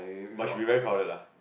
but should be very crowded lah